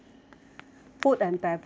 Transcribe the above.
food and beverage